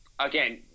again